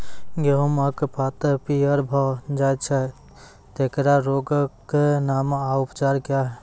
गेहूँमक पात पीअर भअ जायत छै, तेकरा रोगऽक नाम आ उपचार क्या है?